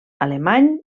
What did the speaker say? alemany